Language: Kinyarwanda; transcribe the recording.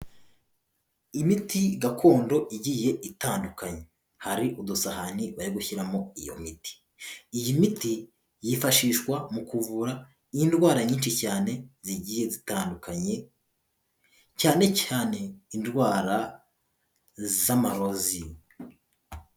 Imiti gakondo igiye itandukanye, hari udusahani bari gushyiramo iyo miti, iyi miti yifashishwa mu kuvura'indwara nyinshi cyane zigiye gutandukanye ,cyane cyane indwara z'amarozi.